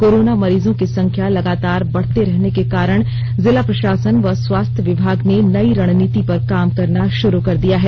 corona मरीजों की संख्या लगातार बढ़ते रहने के कारण जिला प्रशासन व स्वास्थ्य विभाग ने नई रणनीति पर काम करना शुरू कर दिया है